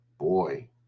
boy